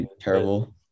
terrible